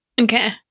Okay